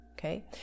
okay